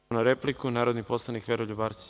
Pravo na repliku, narodni poslanik Veroljub Arsić.